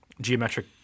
geometric